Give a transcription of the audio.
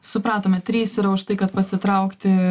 supratome trys yra už tai kad pasitraukti